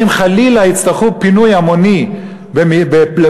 אם חלילה יצטרכו פינוי המוני לפתע,